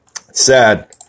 sad